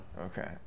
Okay